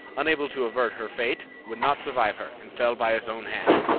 unable to avert her fate, would not survive her, and fell by his own hand.